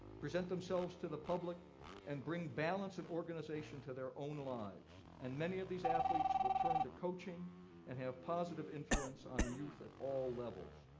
present themselves to the public and bring balance and organization to their own lives. and many of these athletes will turn to coaching and have a positive influence on youth at all levels.